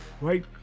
right